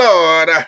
Lord